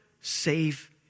save